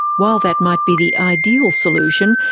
while that might be the ideal solution,